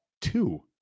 two